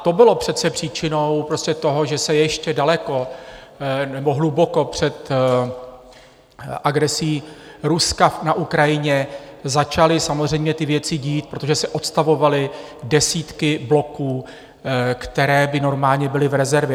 To bylo přece příčinou prostě toho, že se ještě daleko nebo hluboko před agresí Ruska na Ukrajině začaly samozřejmě ty věci dít, protože se odstavovaly desítky bloků, které by normálně byly v rezervě.